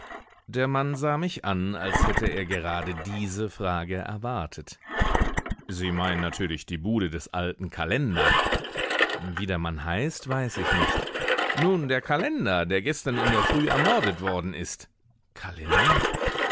der mann sah mich an als hätte er gerade diese frage erwartet sie meinen natürlich die bude des alten kalender wie der mann heißt weiß ich nicht nun der kalender der gestern in der früh ermordet worden ist kalender